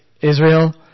Israel